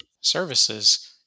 services